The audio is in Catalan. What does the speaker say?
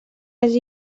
les